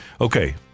Okay